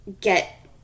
get